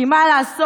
כי מה לעשות,